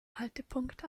haltepunkt